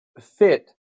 fit